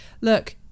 look